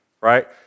right